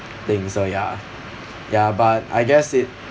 thing so ya ya but I guess it